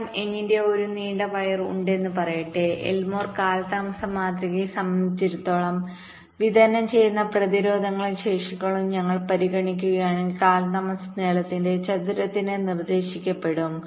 നീളം n ന്റെ ഒരു നീണ്ട വയർ ഉണ്ടെന്ന് പറയട്ടെ എൽമോർ കാലതാമസ മാതൃകയെ സംബന്ധിച്ചിടത്തോളം വിതരണം ചെയ്യുന്ന പ്രതിരോധങ്ങളും ശേഷികളും ഞങ്ങൾ പരിഗണിക്കുകയാണെങ്കിൽ കാലതാമസം നീളത്തിന്റെ ചതുരത്തിന് നിർദ്ദേശിക്കപ്പെടും